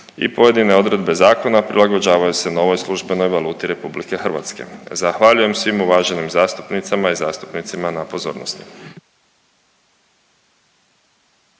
i pojedine odredbe zakona prilagođavaju se novog službenoj valuti RH. Zahvaljujem svim uvaženim zastupnicama i zastupnicima na pozornosti.